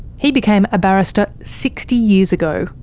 he became a barrister sixty years ago,